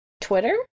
twitter